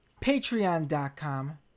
patreon.com